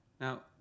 Now